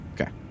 Okay